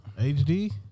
HD